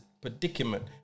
predicament